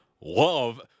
love